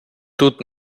тут